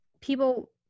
people